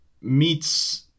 meets